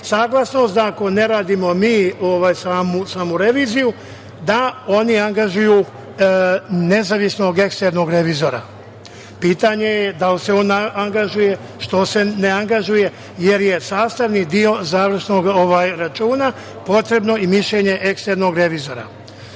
saglasnost da ako ne radimo mi samu reviziju, da oni angažuju nezavisnog eksternog revizora. Pitanje je da li se on angažuje, što se ne angažuje, jer je sastavni deo završnog računa potrebno i mišljenje eksternog revizora,